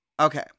Okay